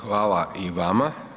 Hvala i vama.